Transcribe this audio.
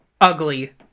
ugly